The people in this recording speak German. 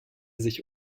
sich